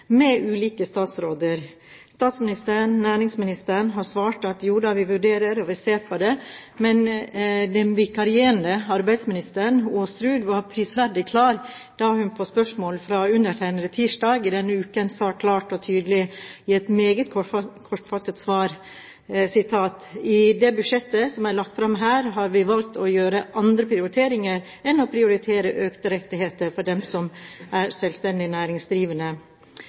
med ulike statsråder. Statsministeren og næringsministeren har svart at jo da, vi vurderer, og vi ser på dette. Men den vikarierende arbeidsministeren, Aasrud, var prisverdig klar da hun på spørsmål fra undertegnede tirsdag i denne uken sa klart og tydelig i et meget kortfattet svar: «I det budsjettet som er lagt fram her, har vi valgt å gjøre andre prioriteringer enn å prioritere økte rettigheter for dem som er selvstendig næringsdrivende.»